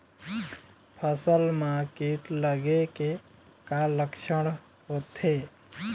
फसल म कीट लगे के का लक्षण होथे?